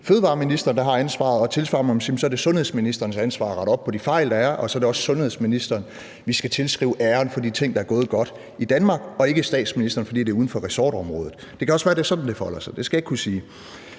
fødevareministeren, der har ansvaret, og tilsvarende må man sige, at det er sundhedsministerens ansvar at rette op på de fejl, der er, og så er det også sundhedsministeren, vi skal tilskrive æren for de ting, der er gået godt i Danmark, og ikke statsministeren, fordi det er uden for ressortområdet. Det kan også være, det er sådan, det forholder sig – det skal jeg ikke kunne sige.